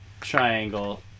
triangle